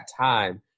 time